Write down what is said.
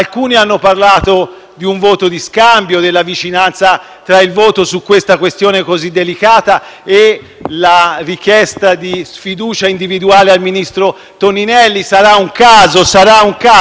e la richiesta di sfiducia individuale al ministro Toninelli. Sarà un caso, signor Presidente, rappresentanti del Governo, ma questa contiguità ci fa un po'